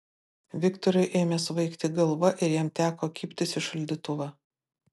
viktorui ėmė svaigti galva ir jam teko kibtis į šaldytuvą